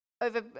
over